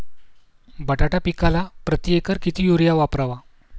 बटाटा पिकाला प्रती एकर किती युरिया वापरावा?